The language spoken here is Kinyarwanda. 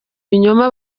binyoma